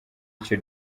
icyo